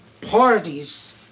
parties